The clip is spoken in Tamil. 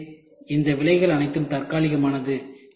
எனவே இந்த விலைகள் அனைத்தும் தற்காலிகமானது